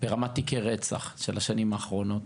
ברמת תיקי רצח של השנים האחרונות?